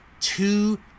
two